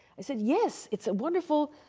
i said, yes, it's a wonderful,